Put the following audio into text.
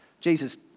Jesus